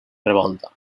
revolta